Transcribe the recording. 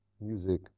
music